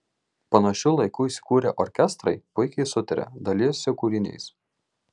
panašiu laiku įsikūrę orkestrai puikiai sutaria dalijasi kūriniais